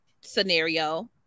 scenario